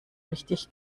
richtig